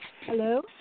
Hello